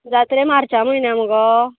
जात्रेक मार्च्या म्हयन्या मगो